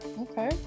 okay